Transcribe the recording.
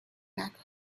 back